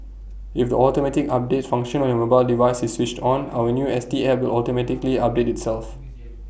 if the automatic update function on your mobile device is switched on our new S T app will automatically update itself